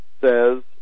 says